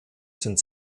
sind